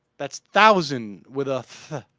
that's thousand without